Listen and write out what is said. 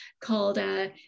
called